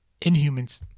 Inhumans